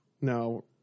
No